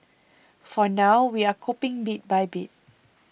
for now we're coping bit by bit